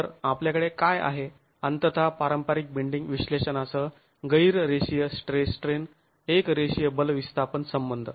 तर आपल्याकडे काय आहे अंततः पारंपारिक बेंडींग विश्लेषणासह गैर रेषीय स्टेस स्ट्रेन एक रेषीय बल विस्थापन संबंध